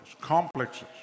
complexes